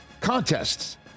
contests